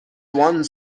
one